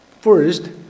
First